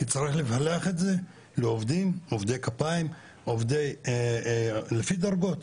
כי צריך לפלח את זה לעובדי כפיים ועובדים אחרים לפי דרגות.